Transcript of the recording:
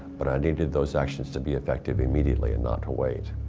but i needed those actions to be effective immediately and not to wait.